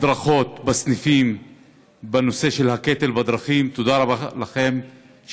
הכנסת, שעה 16:00 תוכן העניינים